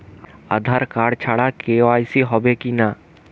আধার card ছাড়া KYC হবে কিনা?